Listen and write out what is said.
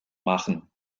machen